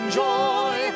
JOY